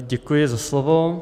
Děkuji za slovo.